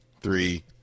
three